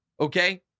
Okay